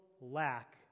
lack